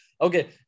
Okay